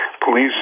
police